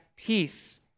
Peace